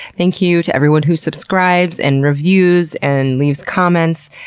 thank you to everyone who subscribes, and reviews, and leaves comments.